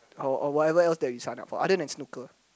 or or whatever else that you sign up for either than snooker